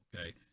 Okay